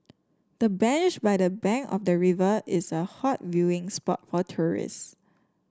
the bench by the bank of the river is a hot viewing spot for tourists